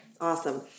Awesome